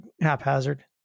haphazard